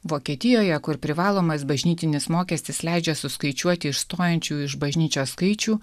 vokietijoje kur privalomas bažnytinis mokestis leidžia suskaičiuoti išstojančių iš bažnyčios skaičių